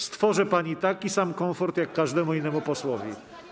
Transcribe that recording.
Stworzę pani taki sam komfort jak każdemu innemu posłowi.